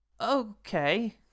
Okay